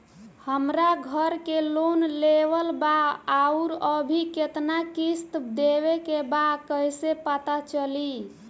हमरा घर के लोन लेवल बा आउर अभी केतना किश्त देवे के बा कैसे पता चली?